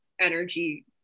energy